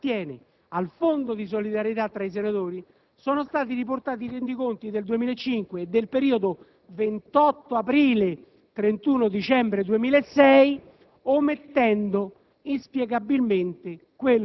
ai relativi allegati, si nota che, per quanto attiene al Fondo di solidarietà tra i senatori, sono stati riportati i rendiconti del 2005 e del periodo 28 aprile-31 dicembre 2006,